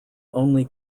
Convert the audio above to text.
only